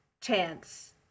chance